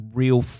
real